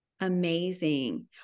Amazing